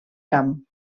camp